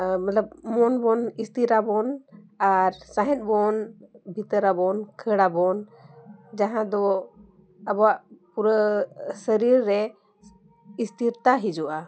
ᱢᱟᱛᱞᱟᱵ ᱢᱚᱱ ᱵᱚᱱ ᱤᱥᱛᱤᱨᱟᱵᱚᱱ ᱟᱨ ᱥᱟᱶᱦᱮᱫ ᱵᱚᱱ ᱵᱷᱤᱛᱟᱹᱨ ᱟᱵᱚᱱ ᱠᱷᱟᱹᱲᱟᱵᱚᱱ ᱡᱟᱦᱟᱸ ᱫᱚ ᱟᱵᱚᱣᱟᱜ ᱯᱩᱨᱟᱹ ᱥᱟᱹᱨᱤᱨ ᱨᱮ ᱤᱥᱛᱤᱨᱛᱟ ᱦᱤᱡᱩᱜᱼᱟ